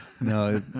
No